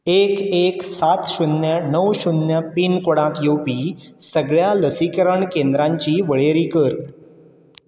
एक एक सात शुन्य णव शुन्य पिनकोडांत येवपी सगळ्या लसीकरण केंद्रांची वळेरी कर